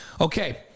Okay